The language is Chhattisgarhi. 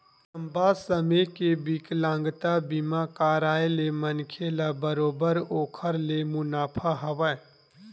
लंबा समे के बिकलांगता बीमा कारय ले मनखे ल बरोबर ओखर ले मुनाफा हवय